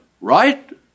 right